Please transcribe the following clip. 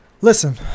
listen